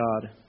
God